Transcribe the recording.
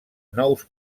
nous